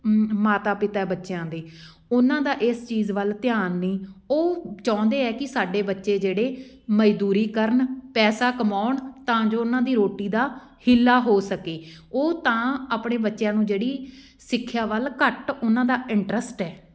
ਮ ਮਾਤਾ ਪਿਤਾ ਬੱਚਿਆਂ ਦੇ ਉਹਨਾਂ ਦਾ ਇਸ ਚੀਜ਼ ਵੱਲ ਧਿਆਨ ਨਹੀਂ ਉਹ ਚਾਹੁੰਦੇ ਹੈ ਕਿ ਸਾਡੇ ਬੱਚੇ ਜਿਹੜੇ ਮਜ਼ਦੂਰੀ ਕਰਨ ਪੈਸਾ ਕਮਾਉਣ ਤਾਂ ਜੋ ਉਹਨਾਂ ਦੀ ਰੋਟੀ ਦਾ ਹੀਲਾ ਹੋ ਸਕੇ ਉਹ ਤਾਂ ਆਪਣੇ ਬੱਚਿਆਂ ਨੂੰ ਜਿਹੜੀ ਸਿੱਖਿਆ ਵੱਲ ਘੱਟ ਉਹਨਾਂ ਦਾ ਇੰਟਰਸਟ ਹੈ